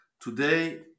Today